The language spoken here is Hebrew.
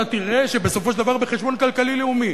אתה תראה שבסופו של דבר בחשבון כלכלי לאומי,